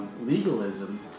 Legalism